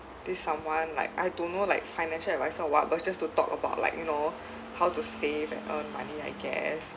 this someone like I don't know like financial advisor or what but it's just to talk about like you know how to save and earn money I guess